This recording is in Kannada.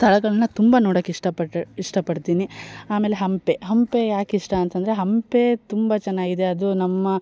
ಸ್ಥಳಗಳ್ನ ತುಂಬ ನೋಡೋಕೆ ಇಷ್ಟ ಪಟ್ಟರೆ ಇಷ್ಟ ಪಡ್ತೀನಿ ಆಮೇಲೆ ಹಂಪೆ ಹಂಪೆ ಯಾಕಿಷ್ಟ ಅಂತಂದರೆ ಹಂಪೆ ತುಂಬ ಚೆನ್ನಾಗಿದೆ ಅದು ನಮ್ಮ